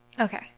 Okay